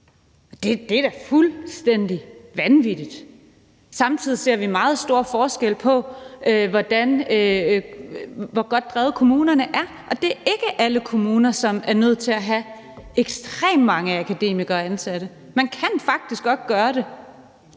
Det er da fuldstændig vanvittigt. Samtidig ser vi meget store forskelle på, hvor godt drevet kommunerne er, og det er ikke alle kommuner, som er nødt til at have ekstremt mange akademikere ansat. Man kan faktisk godt gøre det